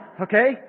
Okay